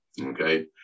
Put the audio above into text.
Okay